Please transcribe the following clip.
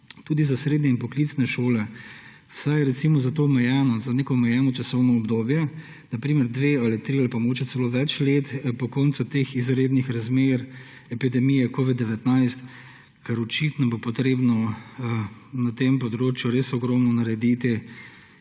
tudi za srednje in poklicne šole, vsaj recimo za neko omejeno časovno obdobje? Na primer dve ali tri ali mogoče celo več let po koncu teh izrednih razmer epidemije covida-19, ker očitno bo treba na tem področju res ogromno narediti